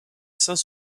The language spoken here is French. saint